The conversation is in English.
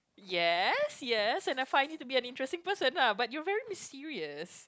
yes yes and I find you to be an interesting person lah but you are very mysterious